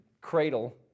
cradle